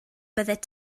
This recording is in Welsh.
byddet